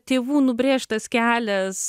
tėvų nubrėžtas kelias